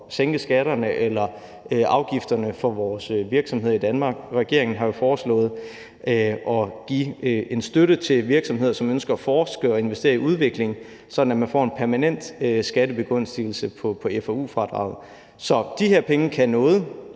sænke skatterne eller afgifterne for vores virksomheder i Danmark. Regeringen har jo foreslået at give en støtte til virksomheder, som ønsker at forske og investere i udvikling, sådan at man får en permanent skattebegunstigelse på fou-fradraget. Så de her penge kan noget